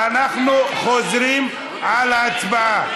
אנחנו חוזרים על ההצבעה.